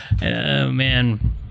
man